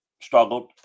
struggled